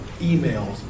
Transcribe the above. emails